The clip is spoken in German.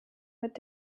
mit